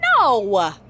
No